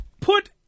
put